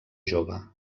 jove